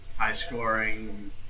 high-scoring